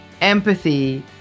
empathy